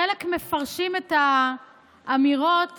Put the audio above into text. חלק מפרשים את האמירות